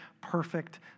perfect